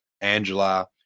Angela